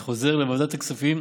אני חוזר: לוועדת הכספים,